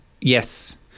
Yes